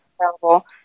terrible